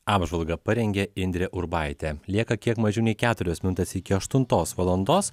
apžvalgą parengė indrė urbaitė lieka kiek mažiau nei keturios minutės iki aštuntos valandos